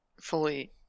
fully